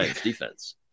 defense